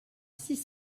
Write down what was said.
six